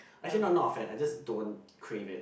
actually not not a fan I just don't crave it